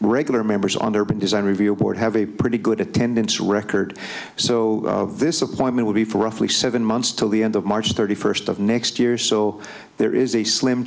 regular members on the urban design review board have a pretty good attendance record so this appointment would be for roughly seven months till the end of march thirty first of next year so there is a slim